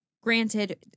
Granted